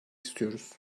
istiyoruz